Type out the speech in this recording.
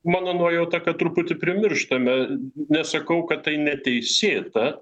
mano nuojauta kad truputį primirštame nesakau kad tai neteisėta